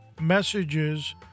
messages